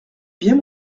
bien